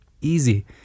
easy